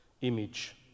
image